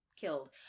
killed